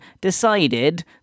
decided